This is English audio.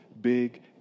big